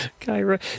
Kyra